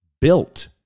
built